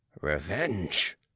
Revenge